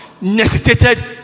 necessitated